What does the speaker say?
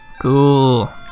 Cool